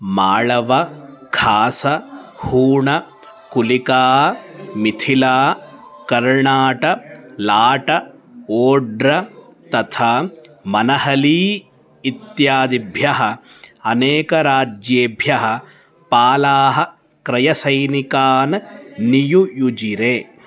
माळव खास हूण कुलिका मिथिला कर्णाट लाट ओड्र तथा मनहली इत्यादिभ्यः अनेकराज्येभ्यः पालाः क्रयसैनिकान् नियुयुजिरे